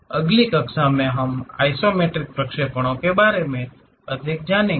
अगली कक्षा में हम इन आइसोमेट्रिक प्रक्षेपणों के बारे में अधिक जानेंगे